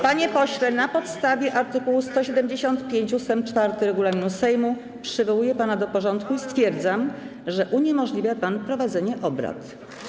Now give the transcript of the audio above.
Panie pośle, na podstawie art. 175 ust. 4 regulaminu Sejmu przywołuję pana do porządku i stwierdzam, że uniemożliwia pan prowadzenie obrad.